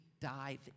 dive